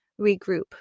regroup